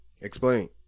Explain